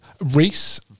Reese